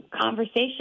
conversation